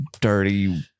dirty